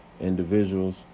individuals